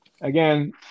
again